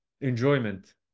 enjoyment